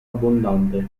abbondante